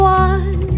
one